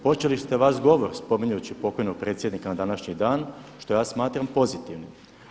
Počeli ste vaš govor spominjući pokojnog predsjednika na današnji dan, što ja smatram pozitivnim.